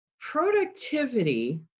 productivity